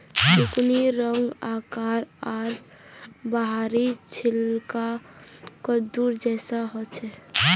जुकिनीर रंग, आकार आर बाहरी छिलका कद्दू जैसा ह छे